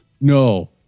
No